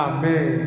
Amen